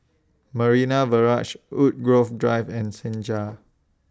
Marina Barrage Woodgrove Drive and Senja